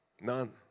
none